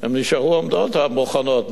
הם נשארו עומדות, הבוחנות.